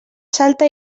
salta